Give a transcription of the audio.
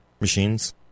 machines